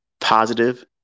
positive